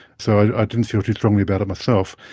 so i didn't feel too strongly about it myself.